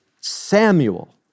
Samuel